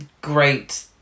great